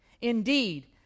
Indeed